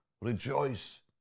Rejoice